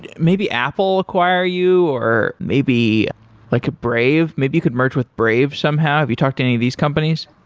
and maybe apple acquire you, or maybe like a brave. maybe you could merge with brave somehow. have you talked to any of these companies?